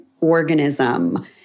organism